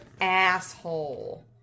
asshole